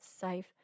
safe